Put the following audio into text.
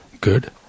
good